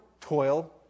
toil